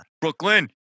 Brooklyn